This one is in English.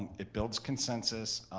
it builds consensus,